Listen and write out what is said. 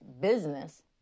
business